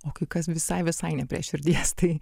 o kai kas visai visai ne prie širdies tai